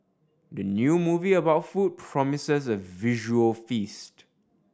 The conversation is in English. the new movie about food promises a visual feast